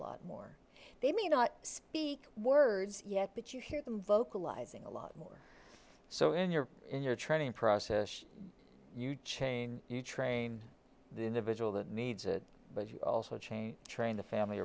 lot more they may not speak words yet but you hear them vocalizing a lot more so in your in your training process you chain you train the individual that needs it but you also chain train the family